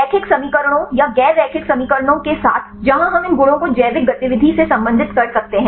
रैखिक समीकरणों या गैर रैखिक समीकरणों के साथ जहां हम इन गुणों को जैविक गतिविधि biological activity से संबंधित कर सकते हैं